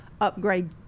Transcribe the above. upgrade